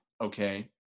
okay